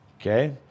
Okay